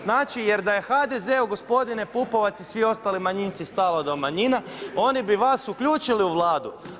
Znači jer da je HDZ-u gospodine Pupovac i svi ostali manjinci stalo do manjina oni bi vas uključili u Vladu.